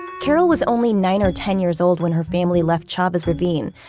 carol was only nine or ten years old when her family left chavez ravine.